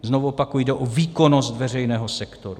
Znovu opakuji, že jde o výkonnost veřejného sektoru.